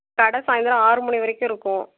கடை சாயந்தரம் ஆறு மணி வரைக்கும் இருக்கும்